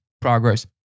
Progress